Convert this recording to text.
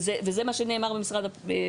וזה מה שנאמר במשרד הפנים,